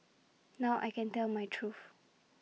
now I can tell my truth